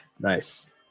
Nice